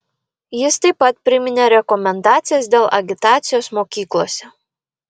jis taip pat priminė rekomendacijas dėl agitacijos mokyklose